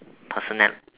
personal